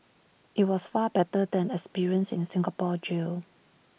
IT was far better than the experience in the Singapore jail